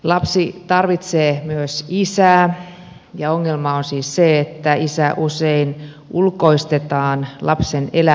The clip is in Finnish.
lapsi tarvitsee myös isää ja ongelma on siis se että isä usein ulkoistetaan lapsen elämästä